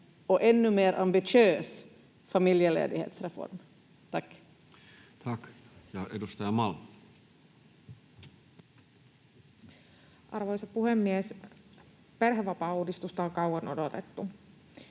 en ännu mer ambitiös familjeledighetsreform. — Tack.